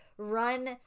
run